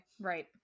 Right